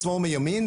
משמאל ומימין,